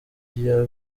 iya